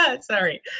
Sorry